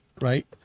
right